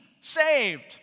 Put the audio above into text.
Saved